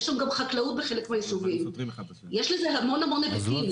יש לזה המון היבטים.